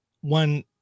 one